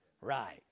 right